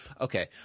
Okay